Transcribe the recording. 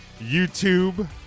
YouTube